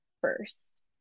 first